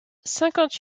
cinquante